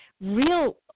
real